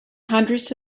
hundreds